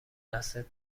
دستت